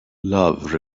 love